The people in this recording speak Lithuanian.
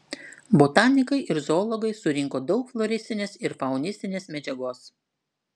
botanikai ir zoologai surinko daug floristinės ir faunistinės medžiagos